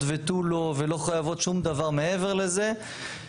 ותו לא ולא חייבות שום דבר מעבר לזה,